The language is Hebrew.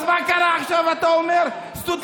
אז מה קרה שעכשיו אתה אומר שסטודנטים,